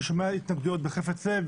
ששומע התנגדויות בחפץ לב,